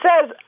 says